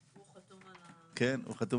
הוא חתום על התקנות.